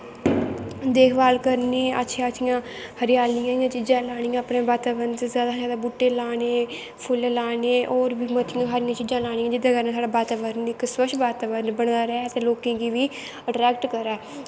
देख भाल करनी अच्छियां अच्छियां हरियाली आह्लियां अपनें बाताबरन आस्तै जादा शा जादा बूह्टे लाने फुल्ल लाने होर बी मतियां हारियां चीजां लानियां जेह्दै कन्नै साढ़ा बाताबरन इक स्वच्छ बाताबरव बनेआ रैह् ते लोकें गी बी अट्रैक्ट करै